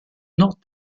not